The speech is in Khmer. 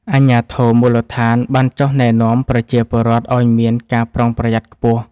អាជ្ញាធរមូលដ្ឋានបានចុះណែនាំប្រជាពលរដ្ឋឱ្យមានការប្រុងប្រយ័ត្នខ្ពស់។